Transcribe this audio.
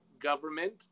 government